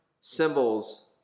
symbols